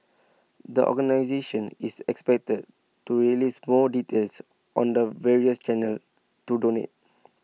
the organisation is expected to release more details on the various channels to donate